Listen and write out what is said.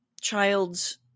child's